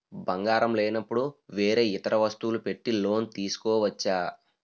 బంగారం లేనపుడు వేరే ఇతర వస్తువులు పెట్టి లోన్ తీసుకోవచ్చా?